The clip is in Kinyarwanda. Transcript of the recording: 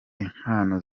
impano